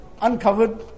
uncovered